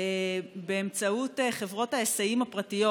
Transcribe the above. באמצעות חברות ההיסעים הפרטיות.